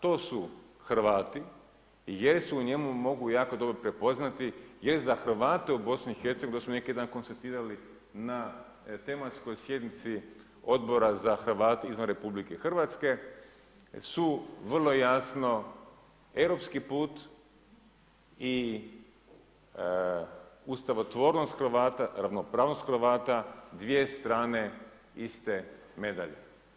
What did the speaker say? To su Hrvati jer se u njemu mogu jako dobro prepoznati jer za Hrvate u BiH-a, baš smo neki konceptirali na tematskoj sjednici Odbora za Hrvate izvan RH da su vrlo jasno europski put i ustavotvornost Hrvata, ravnopravnost Hrvata strane iste medalje.